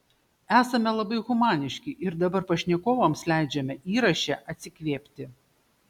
esame labai humaniški ir dabar pašnekovams leidžiame įraše atsikvėpti